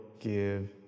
give